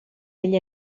degli